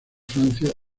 francia